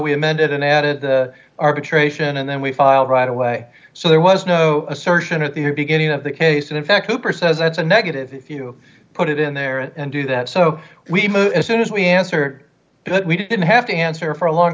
we amended and added arbitration and then we filed right away so there was no assertion at the beginning of the case and in fact cooper says that's a negative if you put it in there and do that so we move as soon as we answered that we didn't have to answer for a long